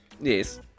Yes